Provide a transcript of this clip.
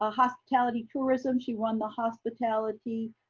ah hospitality, tourism. she won the hospitality,